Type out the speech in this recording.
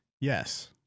Yes